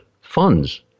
funds